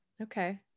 Okay